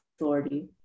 authority